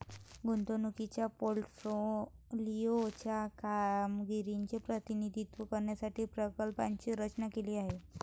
गुंतवणुकीच्या पोर्टफोलिओ च्या कामगिरीचे प्रतिनिधित्व करण्यासाठी प्रकल्पाची रचना केली आहे